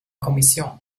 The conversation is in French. commission